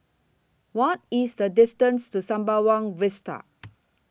What IS The distance to Sembawang Vista